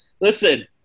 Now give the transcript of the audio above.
Listen